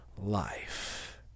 life